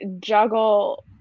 juggle